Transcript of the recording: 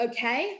Okay